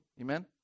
Amen